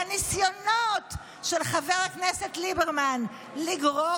והניסיונות של חבר הכנסת ליברמן לגרור